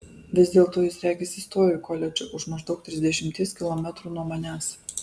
vis dėlto jis regis įstojo į koledžą už maždaug trisdešimties kilometrų nuo manęs